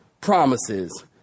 Promises